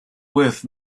worth